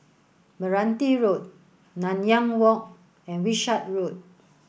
Meranti Road Nanyang Walk and Wishart Road